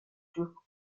turques